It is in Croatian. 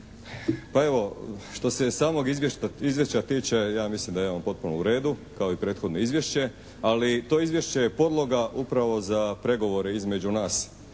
Pa evo što se samog izvješća tiče ja mislim da je on potpuno u redu kao i prethodno izvješće, ali to izvješće je podloga upravo za pregovore između nas